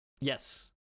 Yes